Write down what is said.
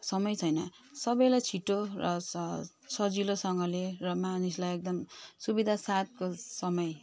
समय छैन सबैलाई छिटो र स सजिलोसँगले र मानिसलाई एकदम सुविधासाथको समय